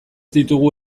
ditugu